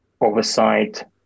oversight